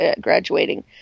graduating